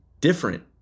different